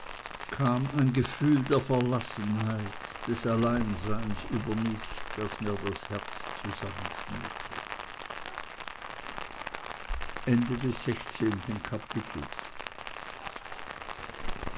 kam ein gefühl der verlassenheit des alleinseins über mich das mir das herz zusammenschnürte